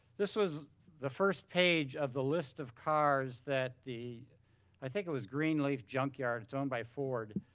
this was the first page of the list of cars that the i think it was greenleaf junkyard. it's owned by ford.